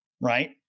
right